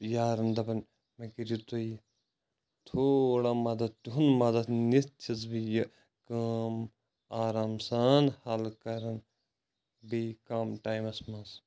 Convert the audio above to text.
یارَن دَپان مے کٔرِو تُہۍ تھوڑا مَدد تُہُنٛد مَدد نِتھ چھُس بہٕ یہِ کٲم آرام سان حَل کَران بیٚیہ کَم ٹایِمَس منٛز